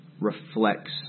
reflects